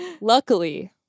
luckily